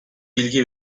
bilgi